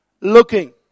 looking